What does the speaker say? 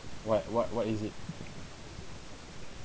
what what what is it